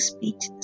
Speech